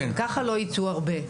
גם ככה לא ייצאו הרבה,